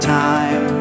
time